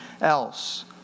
else